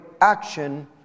action